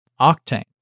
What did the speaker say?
Octane